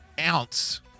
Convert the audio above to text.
ounce